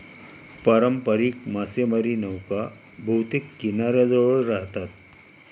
पारंपारिक मासेमारी नौका बहुतेक किनाऱ्याजवळ राहतात